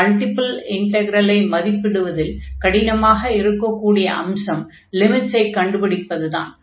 ஒரு மல்டிப்பிள் இன்டக்ரலை மதிப்பிடுவதில் கடினமாக இருக்கக்கூடிய அம்சம் லிமிட்ஸை கண்டுபிடிப்பதுதான்